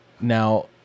Now